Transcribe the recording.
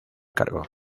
cargo